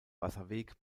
wasserweg